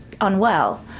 unwell